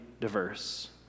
diverse